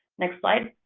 next slide.